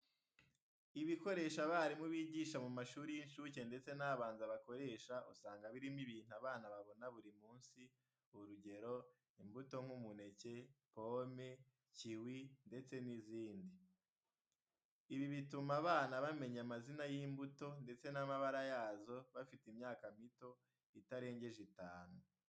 Ibikoresho abarimu bigisha mu mashuri y'incuke ndetse n'abanza bakoresha, usanga birimo ibintu abana babona buri munsi, urugero, imbuto nk'umuneke, pome, kiwi, ndetse n'izindi. Ibi bituma abana bamenya amazina y'imbuto ndetse n'amabara yazo bafite imyaka mito itarengeje itanu.